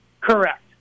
Correct